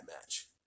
match